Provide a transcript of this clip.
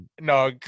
no